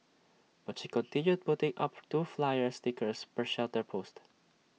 but she continued putting up two flyer stickers per shelter post